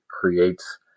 creates